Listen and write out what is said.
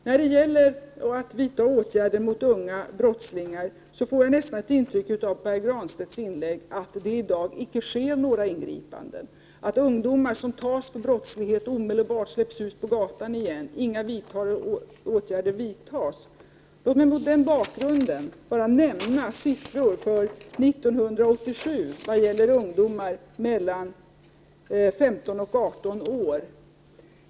När det gäller att vidta åtgärder mot unga brottslingar får jag av Pär Granstedts inlägg nästan intrycket att det i dag icke sker några ingripanden, att ungdomar som tas för brottslighet omedelbart släpps ut på gatan igen och att inga åtgärder vidtas. Låt mig mot den bakgrunden bara nämna några siffror för 1987 vad gäller ungdomar mellan 15 och 18 år.